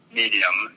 medium